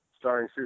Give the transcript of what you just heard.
Starring